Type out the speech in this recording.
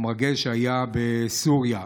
המרגל שהיה בסוריה.